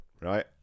right